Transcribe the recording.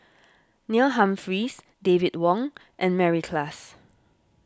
Neil Humphreys David Wong and Mary Klass